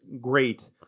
great